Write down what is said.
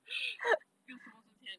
用什么存钱